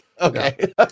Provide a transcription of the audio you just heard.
okay